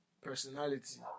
personality